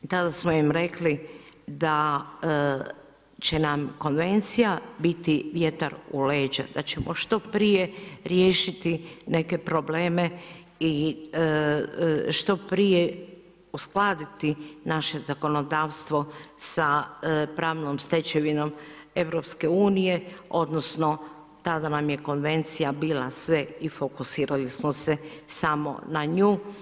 I tada smo im rekli da će nam konvencija biti vjetar u leđa, da ćemo što prije riješiti neke probleme i što prije uskladiti naše zakonodavstvo sa pravnom stečevinom EU odnosno tada nam je konvencija bila sve i fokusirali smo se samo na nju.